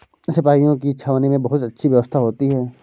सिपाहियों की छावनी में बहुत अच्छी व्यवस्था होती है